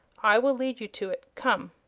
i will lead you to it. come!